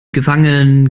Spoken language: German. gefangenen